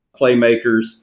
playmakers